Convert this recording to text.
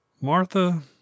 Martha